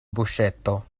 buŝeto